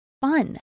fun